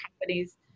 companies